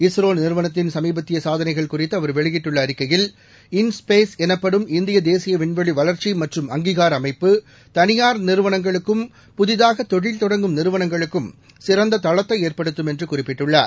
இஸ்ரோ நிறுவனத்தின் சமீபத்திய சாதனைகள் குறித்து அவர் வெளியிட்டுள்ள அறிக்கையில் இன் ஸ்பேஸ் எனப்படும் இந்திய தேசிய விண்வெளி வளர்ச்சி மற்றும் அங்கீகார அமைப்பு தனியார் நிறுவனங்களுக்கும் புதிதாகத் தொழில் தொடங்கும் நிறுவனங்களுக்கும் சிறந்த தளத்தை ஏற்படுத்தும் என்று குறிப்பிட்டுள்ளார்